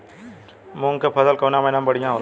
मुँग के फसल कउना महिना में बढ़ियां होला?